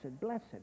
blessed